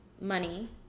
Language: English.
money